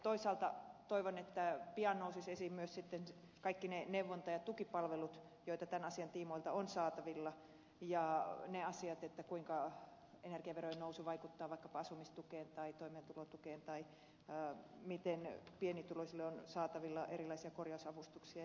toisaalta toivon että pian nousisivat esiin myös kaikki ne neuvonta ja tukipalvelut joita tämän asian tiimoilta on saatavilla ja ne asiat kuinka energiaverojen nousu vaikuttaa vaikkapa asumistukeen tai toimeentulotukeen tai miten pienituloisille on saatavilla erilaisia korjausavustuksia jnp